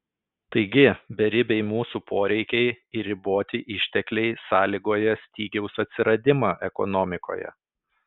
taigi beribiai mūsų poreikiai ir riboti ištekliai sąlygoja stygiaus atsiradimą ekonomikoje